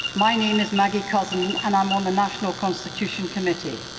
may name is maggie cousin. and i am on the national constitution committee.